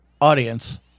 audience